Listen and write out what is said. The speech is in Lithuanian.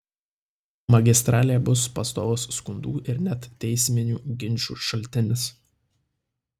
magistralė bus pastovus skundų ir net teisminių ginčų šaltinis